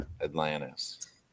Atlantis